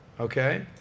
Okay